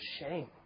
shame